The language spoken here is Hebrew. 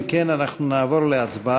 אם כן, אנחנו נעבור להצבעה.